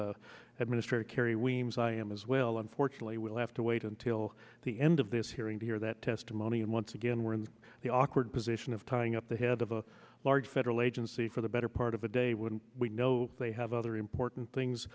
of administrate kerry weems i am as well unfortunately we'll have to wait until the end of this hearing to hear that testimony and once again we're in the awkward position of tying up the head of a large federal agency for the better part of a day wouldn't we know they have other important things